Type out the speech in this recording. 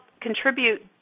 contribute